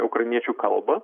ukrainiečių kalbą